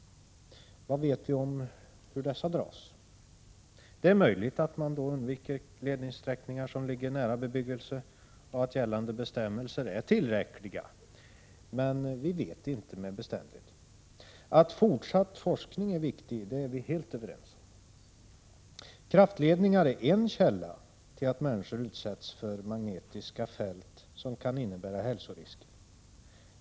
Vad vet vi om hur dessa nya kraftledningar dras? Det är möjligt att man då undviker ledningssträckningar nära bebyggelse och att gällande bestämmelser är tillräckliga, men vi vet inte med bestämdhet. 81 Att fortsatt forskning är viktig är vi helt överens om. Kraftledningar är en källa till att människor utsätts för magnetiska fält som kan innebära hälsorisker.